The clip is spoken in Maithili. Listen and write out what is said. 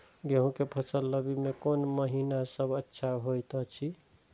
गेहूँ के फसल रबि मे कोन महिना सब अच्छा होयत अछि?